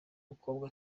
mukobwa